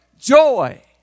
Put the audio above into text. joy